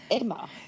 Emma